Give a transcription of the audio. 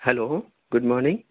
hello good morning